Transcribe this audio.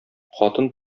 хатын